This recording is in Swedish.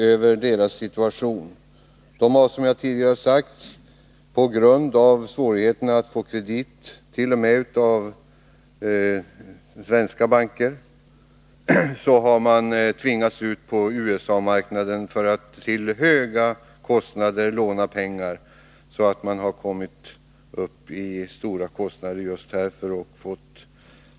På grund av 25 februari 1982 svårigheterna att få kredit t.o.m. hos svenska banker har ASSI tvingats att låna pengar på USA-marknaden till höga kostnader, vilket har bidragit till likviditetsproblemen.